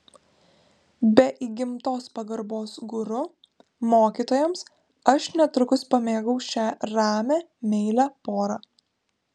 be įgimtos pagarbos guru mokytojams aš netrukus pamėgau šią ramią meilią porą